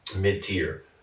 mid-tier